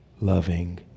loving